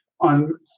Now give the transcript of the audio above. on